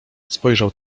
spojrzał